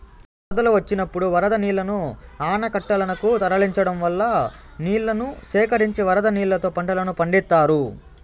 వరదలు వచ్చినప్పుడు వరద నీళ్ళను ఆనకట్టలనకు తరలించడం వల్ల నీళ్ళను సేకరించి వరద నీళ్ళతో పంటలను పండిత్తారు